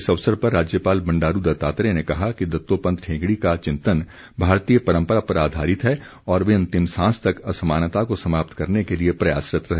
इस अवसर पर राज्यपाल बंडारू दत्तात्रेय ने कहा कि दत्तोपंत ठेंगड़ी का चिंतन भारतीय परम्परा पर आधारित है और वे अंतिम सांस तक असमानता को समाप्त करने के लिए प्रयासरत्त रहे